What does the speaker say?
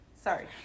Sorry